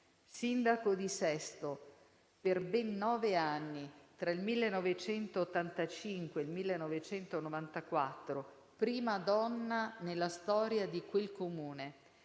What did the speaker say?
Sindaco di Sesto per ben nove anni, tra il 1985 e il 1994, prima donna nella storia di quel Comune,